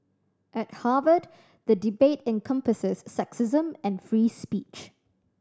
at Harvard the debate encompasses sexism and free speech